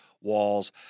walls